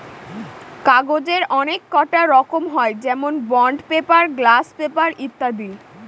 কাগজের অনেককটা রকম হয় যেমন বন্ড পেপার, গ্লাস পেপার ইত্যাদি